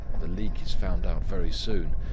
the leak is found out very soon,